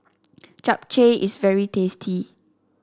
Japchae is very tasty